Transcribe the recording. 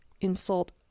insult